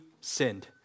sinned